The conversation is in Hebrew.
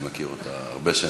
אני מכיר אותה הרבה שנים.